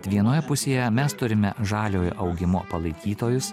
vienoje pusėje mes turime žaliojo augimo palaikytojus